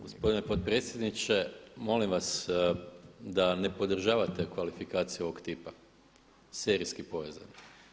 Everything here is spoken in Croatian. Gospodine potpredsjedniče, molim vas da ne podržavate kvalifikacije ovog tipa, serijski povezan.